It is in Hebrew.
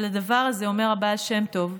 על הדבר הזה אמר הבעל שם טוב,